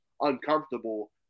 uncomfortable